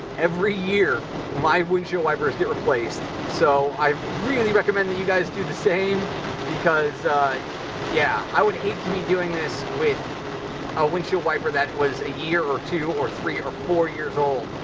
every year my windshield wipers get replaced so i really recommend that you guys do the same because yeah i would hate to be doing this with a windshield wiper that is a year or two or three or four years old.